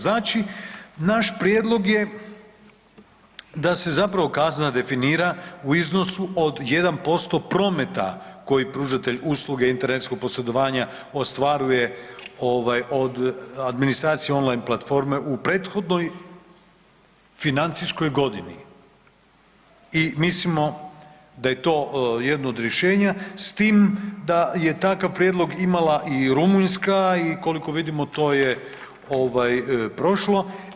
Znači, naš prijedlog je da se zapravo kazna definira u iznosu od 1% prometa koji pružatelj usluge internetskog posredovanja ostvaruje od administracije online platforme u prethodnoj financijskoj godini i mislimo da je to jedno od rješenja, s tim da je takav prijedlog imala i Rumunjska i koliko vidimo, to je ovaj, prošlo.